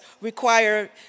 require